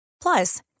Plus